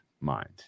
mind